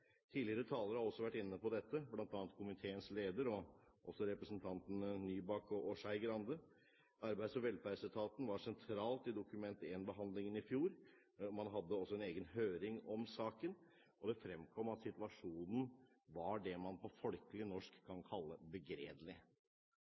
Tidligere talere har også vært inne på dette, bl.a. komiteens leder, og også representantene Nybakk og Skei Grande. Arbeids- og velferdsetaten var sentral i Dokument 1-behandlingen i fjor. Man hadde også en egen høring om saken. Det fremkom at situasjonen var det man på folkelig norsk kan